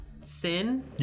sin